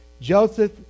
Joseph